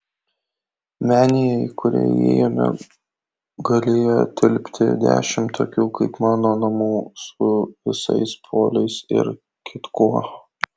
menėje į kurią įėjome galėjo tilpti dešimt tokių kaip mano namų su visais poliais ir kitkuo